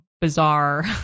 bizarre